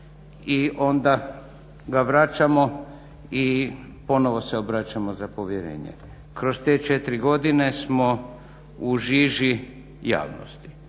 i onda ga vraćamo i ponovno se obraćamo za povjerenje. Kroz te 4godine smo u žiži javnosti